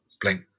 blink